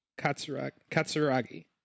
Katsuragi